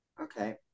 Okay